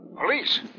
Police